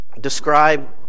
describe